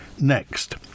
next